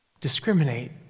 discriminate